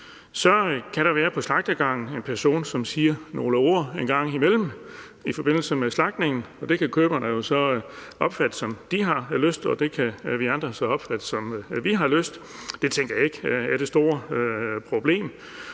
Så kan der på slagtegangen være en person, som siger nogle ord en gang imellem i forbindelse med slagtningen, og det kan køberne så opfatte, som de har lyst, og det kan vi andre så opfatte, som vi har lyst. Det tænker jeg ikke er det store problem,